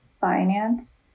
finance